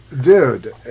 dude